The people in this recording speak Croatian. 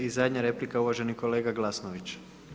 I zadnja replika uvaženi kolega Glasnović.